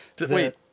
Wait